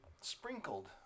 sprinkled